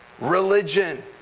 religion